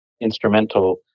instrumental